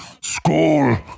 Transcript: school